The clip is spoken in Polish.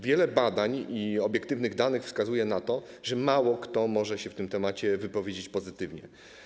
Wiele badań i obiektywnych danych wskazuje na to, że mało kto może się na ten temat wypowiedzieć pozytywnie.